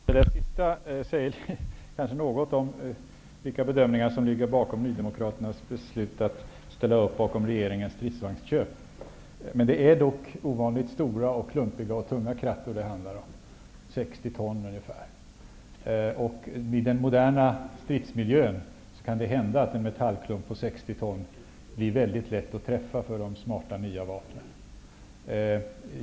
Fru talman! Robert Jousmas senaste uttalande säger kanske något om vilka bedömningar som ligger bakom Nydemokraternas beslut att ställa upp bakom regeringens stridsvagnsköp. Men det handlar om ovanligt stora, klumpiga och tunga krattor -- 60 ton ungefär. I den moderna stridsmiljön kan det hända att en metallklump på 60 ton blir väldigt lätt att träffa med de nya smarta vapnen.